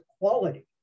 quality